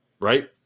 right